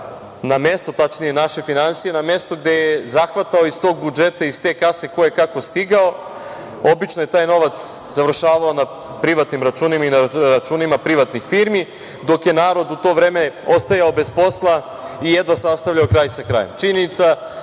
na mesto, tačnije naše finansije, na mesto gde je zahvatao iz tog budžeta, iz te kase ko je kako stigao. Obično je taj novac završavao na privatnim računima i na računima privatnih firmi, dok je narod u to vreme ostajao bez posla i jedva sastavljao kraj sa krajem. Činjenica